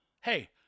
Hey